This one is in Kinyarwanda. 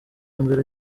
mbere